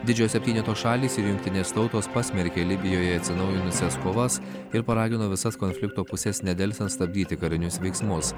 didžiojo septyneto šalys ir jungtinės tautos pasmerkė libijoje atsinaujinusias kovas ir paragino visas konflikto puses nedelsiant stabdyti karinius veiksmus